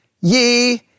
ye